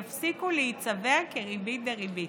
יפסיקו להיצבר כריבית דריבית,